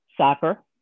soccer